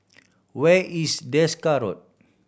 where is Desker Road